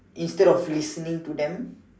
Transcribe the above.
instead of listening to them